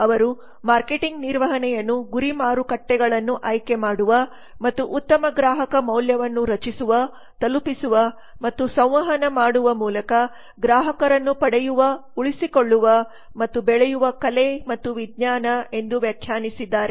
ಅವರು ಮಾರುಕಟ್ಟೆ ನಿರ್ವಹಣೆಯನ್ನು ಗುರಿ ಮಾರುಕಟ್ಟೆಗಳನ್ನು ಆಯ್ಕೆಮಾಡುವ ಮತ್ತು ಉತ್ತಮ ಗ್ರಾಹಕ ಮೌಲ್ಯವನ್ನು ರಚಿಸುವ ತಲುಪಿಸುವ ಮತ್ತು ಸಂವಹನ ಮಾಡುವ ಮೂಲಕ ಗ್ರಾಹಕರನ್ನು ಪಡೆಯುವ ಉಳಿಸಿಕೊಳ್ಳುವ ಮತ್ತು ಬೆಳೆಯುವ ಕಲೆ ಮತ್ತು ವಿಜ್ಞಾನ ಎಂದು ವ್ಯಾಖ್ಯಾನಿಸಿದ್ದಾರೆ